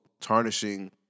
tarnishing